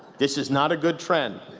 this is not a good trend.